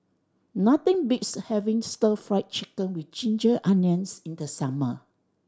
nothing beats having Stir Fry Chicken with ginger onions in the summer